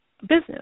business